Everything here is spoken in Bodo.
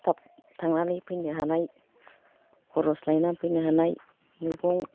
थाब थाब थांनानै फैनो हानाय खरस लायनानै फैनो हानाय मैगं